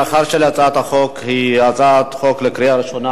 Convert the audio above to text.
מאחר שהצעת החוק היא הצעת חוק לקריאה ראשונה,